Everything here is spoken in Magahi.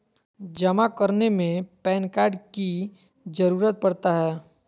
जमा करने में पैन कार्ड की जरूरत पड़ता है?